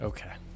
Okay